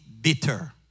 bitter